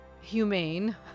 humane